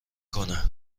کنه